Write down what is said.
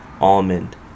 Almond